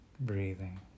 breathing